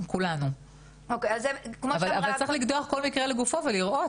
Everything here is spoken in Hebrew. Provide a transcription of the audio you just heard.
אבל צריך לפתוח כל מקרה לגופו ולראות.